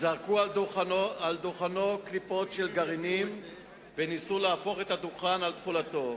זרקו על דוכנו קליפות של גרעינים וניסו להפוך את הדוכן על תכולתו.